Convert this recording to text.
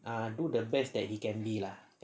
ah do the best that he can be ah